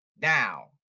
now